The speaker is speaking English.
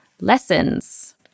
lessons